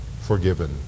forgiven